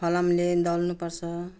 फलामले दल्नुपर्छ